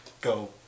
go